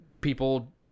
People